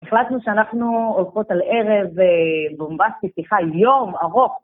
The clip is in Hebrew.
החלטנו שאנחנו הולכות על ערב בומבאסטי, סליחה, יום ארוך.